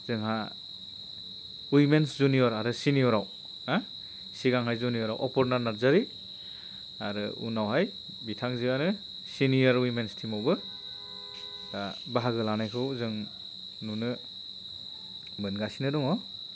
जोंहा women's junior आरो सिनिय'रआव दा सिगांहाय जुनियारआव अपुर्ना नार्जारी आरो उनावहाय बिथांजोआनो सिनिय'र व'मेन्स टीमावबो दा बाहागो लानायखौ जों नुनो मोनगासिनो दङ